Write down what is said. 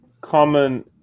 common